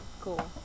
Cool